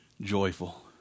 joyful